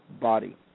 body